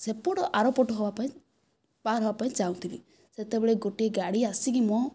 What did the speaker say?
ସେପଟ ଆର ପଟ ହେବା ପାଇଁ ପାର ହେବା ପାଇଁ ଚାହୁଁଥିଲି ସେତେବେଳେ ଗୋଟିଏ ଗାଡ଼ି ଆସିକି ମୋ